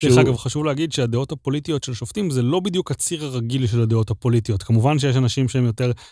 אגב חשוב להגיד שהדעות הפוליטיות של שופטים זה לא בדיוק הציר הרגיל של הדעות הפוליטיות כמובן שיש אנשים שהם יותר.